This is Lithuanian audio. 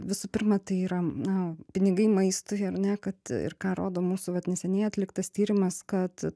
visų pirma tai yra na pinigai maistui ar ne kad ir ką rodo mūsų va neseniai atliktas tyrimas kad